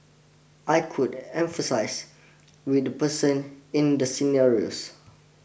I could emphasise with the person in the scenarios